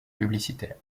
publicitaires